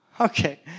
Okay